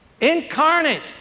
incarnate